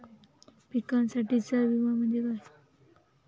पिकांसाठीचा विमा म्हणजे काय?